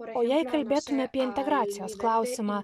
o jei kalbėtume apie integracijos klausimą